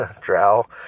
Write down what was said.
drow